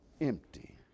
empty